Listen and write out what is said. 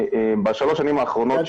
בשלוש השנים האחרונות,